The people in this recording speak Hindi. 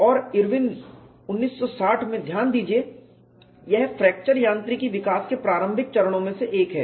और इरविन 1960 में ध्यान दीजिए यह फ्रैक्चर यांत्रिकी विकास के प्रारंभिक चरणों में से एक है